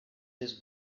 his